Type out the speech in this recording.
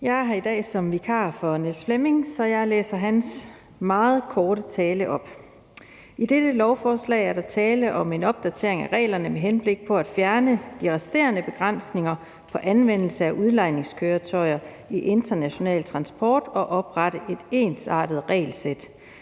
Jeg er her i dag som vikar for Niels Flemming Hansen, så jeg læser hans meget korte tale op. I dette lovforslag er der tale om en opdatering af reglerne med henblik på at fjerne de resterende begrænsninger på anvendelse af udlejningskøretøjer i international transport og oprette et ensartet regelsæt.